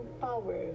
power